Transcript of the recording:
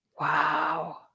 Wow